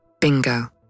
bingo